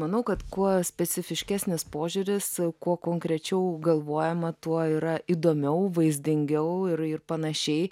manau kad kuo specifiškesnis požiūris kuo konkrečiau galvojama tuo yra įdomiau vaizdingiau ir ir panašiai